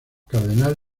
cardenal